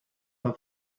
have